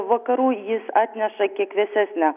vakarų jis atneša kiek vėsesnę